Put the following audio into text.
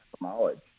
knowledge